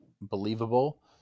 believable